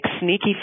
sneaky